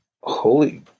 holy